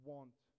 want